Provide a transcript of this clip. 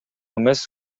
эмес